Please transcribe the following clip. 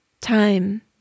time